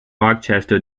rochester